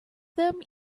them